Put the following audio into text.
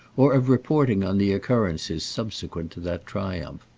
or of reporting on the occurrences subsequent to that triumph.